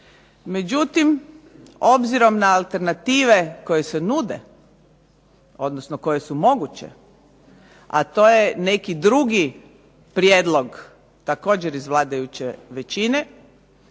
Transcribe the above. Međutim, obzirom na alternative koje se nude, koje su moguće, a to je neki drugi prijedlog iz vladajuće većine,